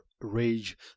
rage